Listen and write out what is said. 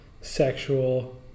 sexual